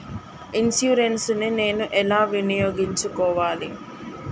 Insurance ని నేను ఎలా వినియోగించుకోవాలి?